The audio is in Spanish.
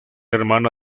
hermana